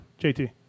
JT